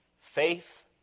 faith